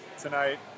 tonight